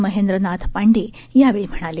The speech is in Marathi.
महेंद्रनाथपांडे यावेळी म्हणाले